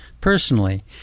personally